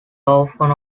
often